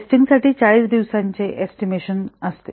testing साठी 40 दिवसांचे estimation आहे